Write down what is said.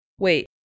wait